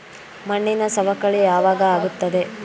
ಮಣ್ಣಿನ ಸವಕಳಿ ಯಾವಾಗ ಆಗುತ್ತದೆ?